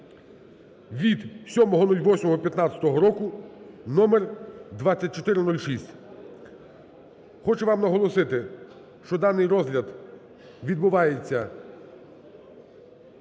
від 07.08.2015 року (номер 2406). Хочу вам наголосити, що даний розгляд відбувається